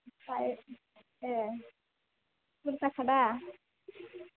ओमफ्राय ए बुरजाखा दा